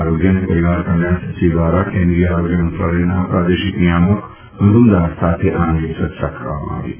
આરોગ્ય અને પરિવાર કલ્યાણ સચિવ દ્વારા કેન્દ્રીય આરોગ્ય મંત્રાલયના પ્રાદેશિક નિયામક મજુમદાર સાથે આ અંગે ચર્ચા કરવામાં આવી હતી